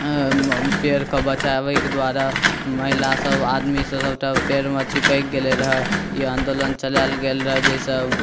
पेड़के बचाबैके द्वारा महिलासब आदमीसब सबटा पेड़मे चिपकि गेले रहै ई आन्दोलन चलाएल गेल रहै जाहिसँ